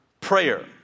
prayer